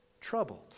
troubled